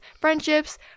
friendships